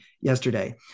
yesterday